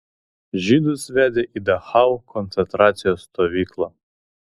žydus vedė į dachau koncentracijos stovyklą